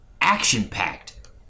action-packed